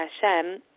Hashem